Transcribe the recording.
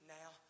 now